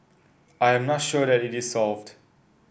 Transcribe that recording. I am not sure that it is solved